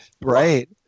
Right